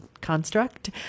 construct